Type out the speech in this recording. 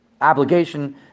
obligation